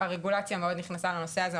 הרגולציה מאוד נכנסה לנושא הזה,